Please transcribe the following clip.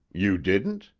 you didn't?